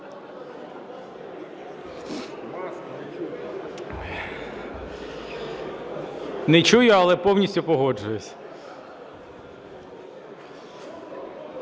Не чую, але повністю погоджуюсь.